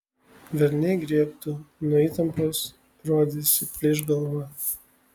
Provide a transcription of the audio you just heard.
velniai griebtų nuo įtampos rodėsi plyš galva